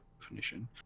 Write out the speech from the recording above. definition